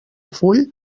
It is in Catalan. full